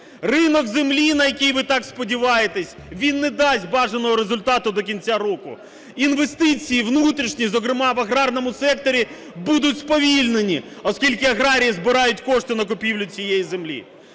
Ринок землі, на який ви так сподіваєтеся, він не дасть бажаного результату до кінця року. Інвестиції внутрішні, зокрема в аграрному секторі, будуть сповільнені, оскільки аграрії збирають кошти на купівлю цієї землі.